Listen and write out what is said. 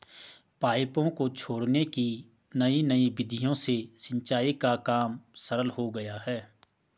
पाइपों को जोड़ने की नयी नयी विधियों से सिंचाई का काम सरल हो गया है